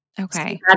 Okay